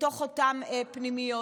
מתוך אותן פנימיות,